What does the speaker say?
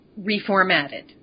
reformatted